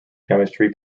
chemistry